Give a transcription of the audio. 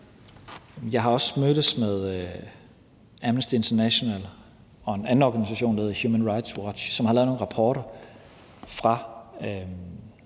Jeg har også mødtes med Amnesty International og en anden organisation, der hedder Human Rights Watch, som har lavet nogle rapporter fra